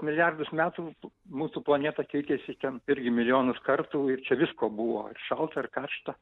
milijardus metų mūsų planeta keitėsi ten irgi milijonus kartų ir čia visko buvo ir šalta ir karšta